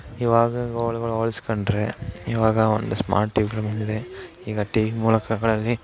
ಇವಾಗ ಅವ್ಳುಗಳು ಹೋಲ್ಸ್ಕೊಂಡ್ರೆ ಇವಾಗ ಒಂದು ಸ್ಮಾರ್ಟ್ ಟಿವಿಗಳು ಬಂದಿದೆ ಈಗ ಟಿವಿ ಮೂಲಕಗಳಲ್ಲಿ